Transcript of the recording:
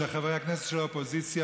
לחברי הכנסת של האופוזיציה,